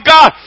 God